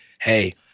hey